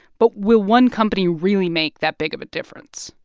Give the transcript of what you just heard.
but will one company really make that big of a difference?